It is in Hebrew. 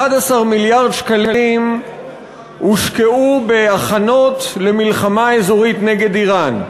11 מיליארד שקלים הושקעו בהכנות למלחמה אזורית נגד איראן.